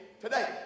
today